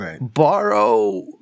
borrow